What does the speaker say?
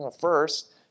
First